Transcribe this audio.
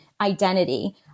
identity